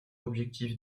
objectif